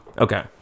Okay